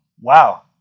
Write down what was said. Wow